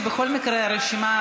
כי בכל מקרה הרשימה,